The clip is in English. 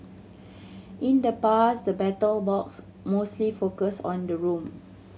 in the past the Battle Box mostly focused on the room